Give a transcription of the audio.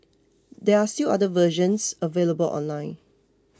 there are still other versions available online